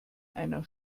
einer